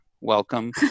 welcome